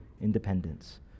independence